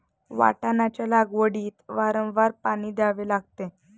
वाटाण्याच्या लागवडीत वारंवार पाणी द्यावे लागते